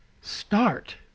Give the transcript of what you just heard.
start